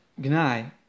gnai